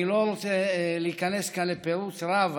ואני לא רוצה להיכנס כאן לפירוט רב.